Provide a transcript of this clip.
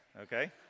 okay